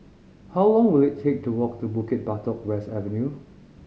how long will it take to walk to Bukit Batok West Avenue